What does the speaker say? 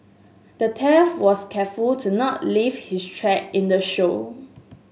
the was careful to not leave his track in the show